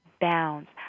bounds